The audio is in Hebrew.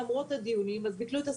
למרות הדיונים - אז ביטלו את הסנקציות,